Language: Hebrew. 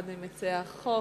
אחד ממציעי החוק.